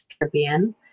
caribbean